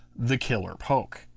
the killer poke.